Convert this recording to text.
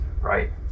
Right